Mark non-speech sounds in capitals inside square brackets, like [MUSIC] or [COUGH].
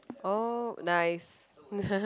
oh nice [NOISE]